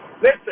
Listen